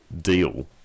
deal